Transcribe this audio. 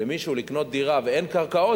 למישהו לקנות דירה ואין קרקעות,